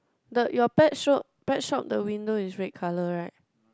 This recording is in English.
the your bag shop bag shop the window is red colour right